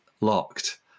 locked